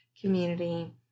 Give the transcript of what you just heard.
community